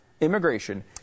immigration